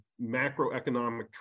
macroeconomic